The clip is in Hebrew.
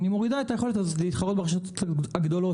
אני מורידה את היכולת להתחרות ברשתות הגדולות,